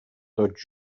tots